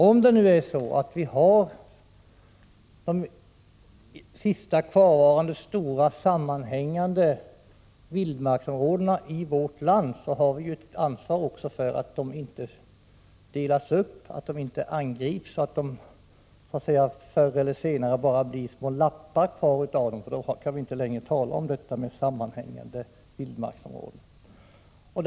Om nu detta är de sista kvarvarande stora sammanhängande vildmarksområdena i vårt land, har vi ett ansvar för att de inte angrips och delas upp, så att det förr eller senare bara blir små lappar kvar av dem. Då kan man ju inte tala om sammanhängande vildmarksområden.